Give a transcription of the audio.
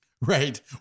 Right